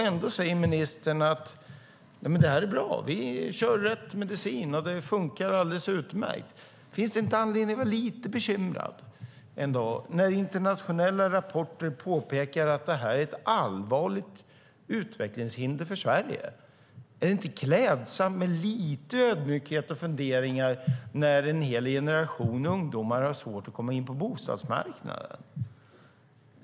Ändå säger ministern att det är bra. Det är rätt medicin. Det funkar alldeles utmärkt. Finns det inte anledning att vara lite bekymrad när man i internationella rapporter påpekar att det här är ett allvarligt utvecklingshinder för Sverige? Är det inte klädsamt med lite ödmjukhet och funderingar när en hel generation ungdomar har svårt att komma in på bostadsmarknaden?